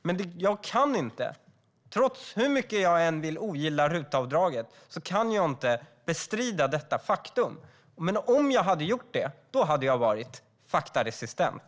Men hur mycket jag än vill ogilla RUT-avdraget kan jag inte bestrida detta faktum. Om jag hade gjort det hade jag varit faktaresistent.